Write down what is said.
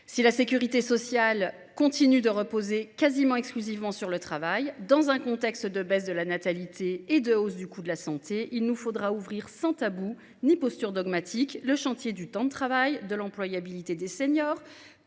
de la sécurité sociale continue de reposer presque exclusivement sur les actifs, dans un contexte de baisse de la natalité et de hausse du coût de la santé, il nous faudra ouvrir sans tabou ni posture dogmatique le chantier du temps de travail et de l’employabilité des seniors,